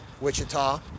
Wichita